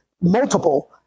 multiple